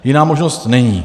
Jiná možnost není.